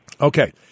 Okay